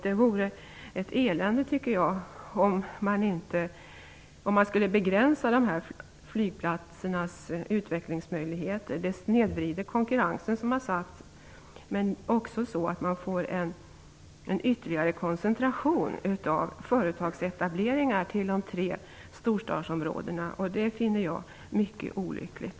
Det vore ett elände, tycker jag, om man skulle begränsa de här flygplatsernas utvecklingsmöjligheter. Det snedvrider konkurrensen, men innebär också att man får en ytterligare koncentration av företagsetableringar till de tre storstadsområdena, och det finner jag mycket olyckligt.